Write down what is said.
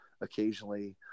occasionally